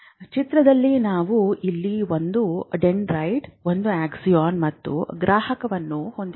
ಚಿತ್ರದಲ್ಲಿ ನಾವು ಇಲ್ಲಿ ಒಂದು ಡೆಂಡ್ರೈಟ್ ಒಂದು ಆಕ್ಸಾನ್ ಮತ್ತು ಗ್ರಾಹಕವನ್ನು ಹೊಂದಿದ್ದೇವೆ